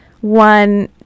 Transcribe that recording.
one